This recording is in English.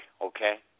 okay